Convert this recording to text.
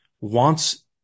wants